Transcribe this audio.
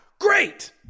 Great